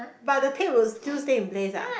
but the pick will still stay in place ah